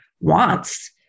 wants